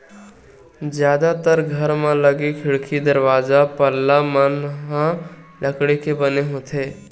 जादातर घर म लगे खिड़की, दरवाजा, पल्ला मन ह लकड़ी के बने होथे